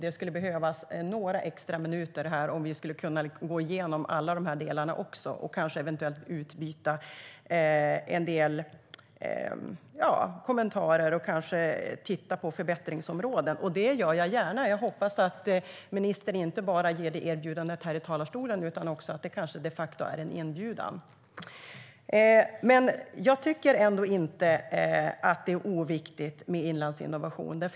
Det skulle behövas några extra minuter för att gå igenom och kommentera alla förslag och kanske titta på förbättringsområden. Det gör jag gärna. Jag hoppas att ministern inte bara kommer med erbjudandet här i talarstolen utan att det de facto är en inbjudan. Jag tycker ändå inte att det är oviktigt med Inlandsinnovation.